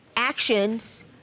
actions